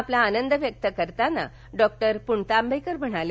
आपला आनंद व्यक्त करताना डॉ प्रणतांबेकर म्हणाले